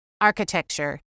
architecture